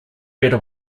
better